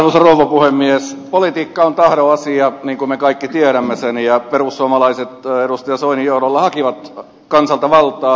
politiikka on tahdon asia niin kuin me kaikki tiedämme ja perussuomalaiset edustaja soinin johdolla hakivat kansalta valtaa